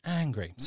angry